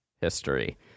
history